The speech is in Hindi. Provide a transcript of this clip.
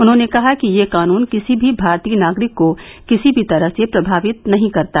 उन्होंने कहा कि यह कानन किसी भी भारतीय नागरिक को किसी भी तरह से प्रमावित नहीं करता